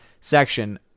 section